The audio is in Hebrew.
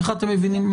איך אתם מבינים?